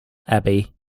abbey